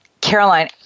Caroline